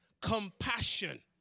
compassion